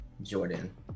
Jordan